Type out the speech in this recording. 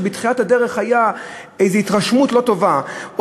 כי בתחילת הדרך הייתה איזה התרשמות לא טובה,